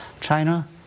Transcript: China